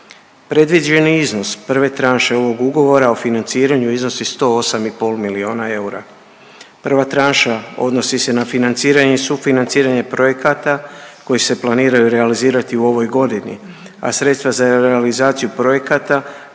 Predviđeni iznos prve tranše ovog Ugovora u financiranju iznosi 108 i pol milijuna eura. Prva tranša odnosi se na financiranje i sufinanciranje projekata koji se planiraju realizirati u ovoj godini, a sredstva za realizaciju projekata